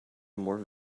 more